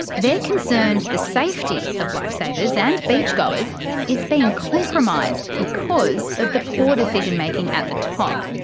they're concerned the safety of lifesavers and beach-goers is being compromised because of the poor decision making at the top.